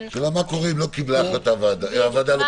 מה קורה אם לא קיבלה החלטת ועדה.